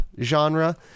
genre